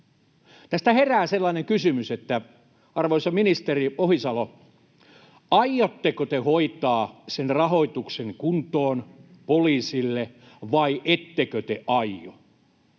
Tästä herää sellainen kysymys, arvoisa ministeri Ohisalo, aiotteko te hoitaa sen rahoituksen kuntoon poliisille vai ettekö te aio.